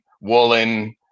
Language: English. Woolen